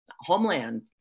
homeland